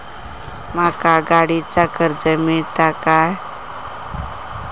माका गाडीचा कर्ज मिळात काय?